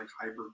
hyper